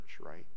right